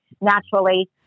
naturally